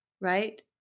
right